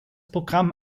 programm